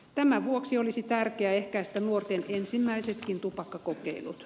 tämän vuoksi olisi tärkeää ehkäistä nuorten ensimmäisetkin tupakkakokeilut